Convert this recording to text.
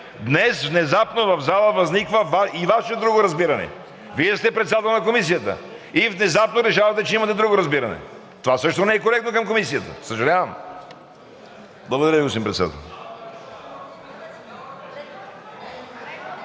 днес внезапно в залата възниква и Ваше друго разбиране. Вие сте председател на Комисията и внезапно решавате, че имате друго разбиране. Това също не е коректно към Комисията, съжалявам. Благодаря, господин Председател.